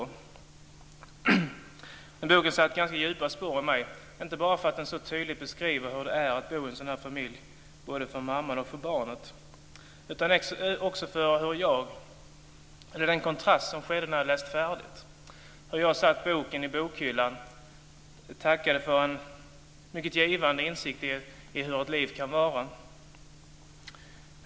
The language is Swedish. Boken har satt ganska djupa spår i mig, inte bara därför att den så tydligt beskriver hur det är att bo i en sådan här familj både för mamman och för barnet utan också på grund av den kontrast som uppstod när jag läst färdigt, när jag ställde boken i bokhyllan och tackade för en mycket givande insikt i hur ett liv kan vara.